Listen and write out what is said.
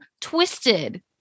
twisted